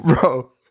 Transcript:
Bro